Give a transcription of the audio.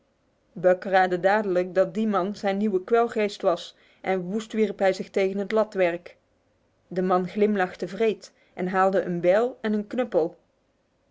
buck raadde dadelijk dat die man zijn nieuwe kwelgeest was en woest wierp hij zich tegen het latwerk de man glimlachte wreed en haalde een bijl en een knuppel